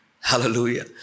Hallelujah